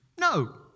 No